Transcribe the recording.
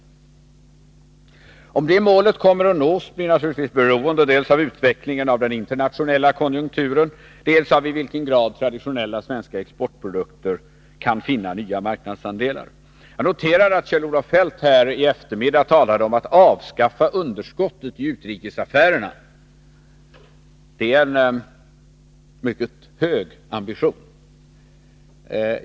Om det målet kommer att nås blir naturligtvis beroende dels av utvecklingen av den internationella konjunkturen, dels av i vilken grad traditionella svenska exportprodukter kan finna nya marknadsandelar. Jag noterade att Kjell-Olof Feldt här i eftermiddags talade om att avskaffa underskottet i utrikesaffärerna. Det är en mycket hög ambition.